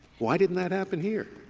why didn't that happen here?